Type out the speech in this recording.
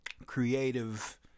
creative